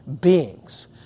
beings